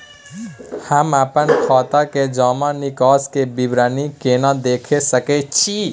हम अपन खाता के जमा निकास के विवरणी केना देख सकै छी?